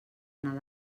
anar